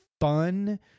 fun